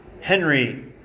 Henry